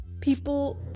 people